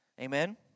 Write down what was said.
Amen